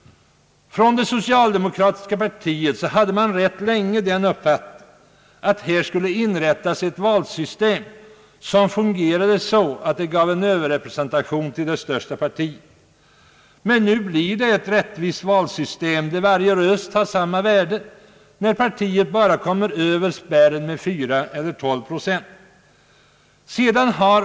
man rätt länge den uppfattningen att här skulle genomföras ett valsystem som fungerade så att det gav en överrepresentation till det största partiet. Men nu blir det ett rättvist valsystem där varje röst har samma värde när respektive parti bara kommit över spärren 4 eller 12 procent.